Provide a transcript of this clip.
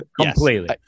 Completely